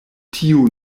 tiu